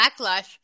backlash